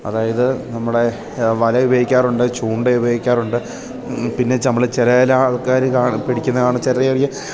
അതായത് നമ്മുടെ വല ഉപയോഗിക്കാറുണ്ട് ചൂണ്ട ഉപയോഗിക്കാറുണ്ട് പിന്നെ ചമ്മൾ ചില ചില ആൾക്കാർ കാണാൻ പിടിക്കുന്ന കാണാൻ ചെറിയ ചെറിയ